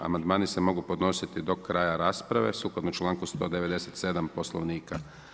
Amandmani se mogu podnositi do kraja rasprave, sukladno čl. 197 Poslovnika.